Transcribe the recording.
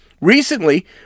Recently